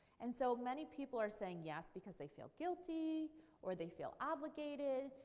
and so many people are saying yes because they feel guilty or they feel obligated.